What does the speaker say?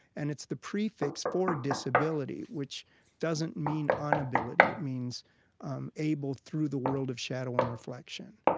and it's the prefix for disability, which doesn't mean un-ability, it means um able through the world of shadow and reflection.